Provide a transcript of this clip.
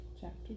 Chapter